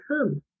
come